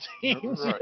teams